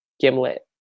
gimlet